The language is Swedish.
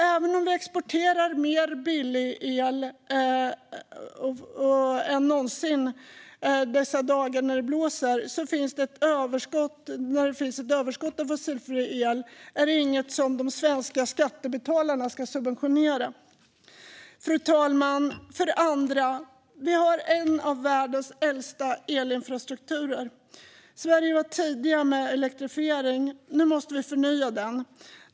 Även om vi exporterar mer billig el än någonsin de dagar som det blåser och det finns ett överskott av fossilfri el är det alltså inget som de svenska skattebetalarna ska subventionera. Fru talman! För det andra har vi en av världens äldsta elinfrastrukturer. Sverige var tidigt ute med elektrifiering, och nu måste vi förnya infrastrukturen.